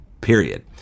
period